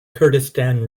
kurdistan